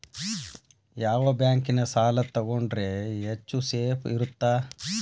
ಯಾವ ಬ್ಯಾಂಕಿನ ಸಾಲ ತಗೊಂಡ್ರೆ ಹೆಚ್ಚು ಸೇಫ್ ಇರುತ್ತಾ?